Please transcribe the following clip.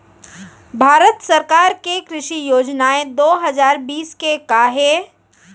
भारत सरकार के कृषि योजनाएं दो हजार बीस के का हे?